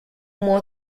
moins